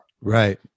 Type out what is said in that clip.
Right